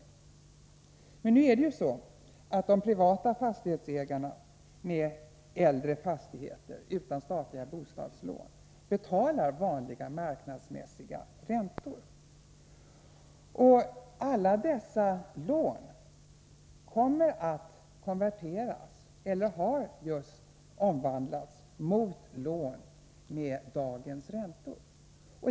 Men de privata ägarna av äldre fastigheter utan statliga bostadslån betalar ju vanliga marknadsmässiga räntor. Alla dessa lån kommer att konverteras, eller har just omvandlats, till lån med dagens räntor.